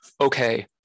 okay